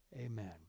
Amen